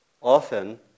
often